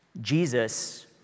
Jesus